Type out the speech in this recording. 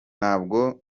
ntabwo